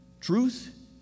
truth